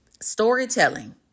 Storytelling